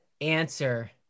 answer